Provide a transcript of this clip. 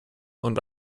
und